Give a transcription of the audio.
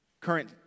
current